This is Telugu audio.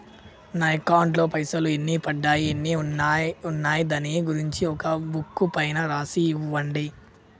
నా అకౌంట్ లో పైసలు ఎన్ని పడ్డాయి ఎన్ని ఉన్నాయో దాని గురించి ఒక బుక్కు పైన రాసి ఇవ్వండి?